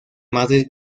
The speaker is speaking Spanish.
madre